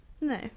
no